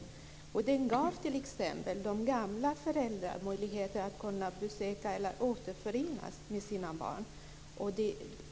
Den bestämmelsen gav t.ex. gamla föräldrar möjlighet att kunna besöka eller återförenas med sina barn.